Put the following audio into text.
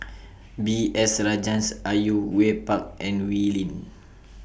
B S Rajhans Au Yue Pak and Wee Lin